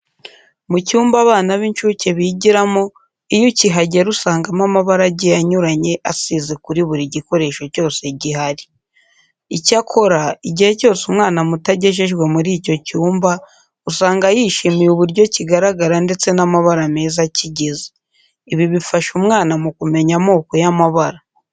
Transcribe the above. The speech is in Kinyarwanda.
Mu cyumba abana b'incuke bigiramo, iyo ukihagera usangamo amabara agiye anyuranye asize kuri buri gikoresho cyose gihari. Icyakora, igihe cyose umwana muto agejejwe muri icyo cyumba, usanga yishimiye uburyo kigaragara ndetse n'amabara meza akigize. Ibi bifasha umwana mu kumenya amoko y'amabara.